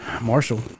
Marshall